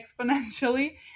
exponentially